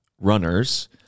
runners